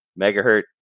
megahertz